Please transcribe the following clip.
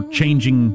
changing